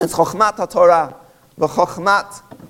אז חוכמת התורה, וחוכמת...